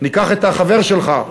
ניקח את החבר שלך,